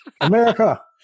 America